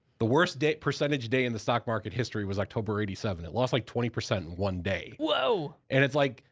the worst percentage day in the stock market history was october eighty seven. it lost like twenty percent in one day. whoa! and it's like,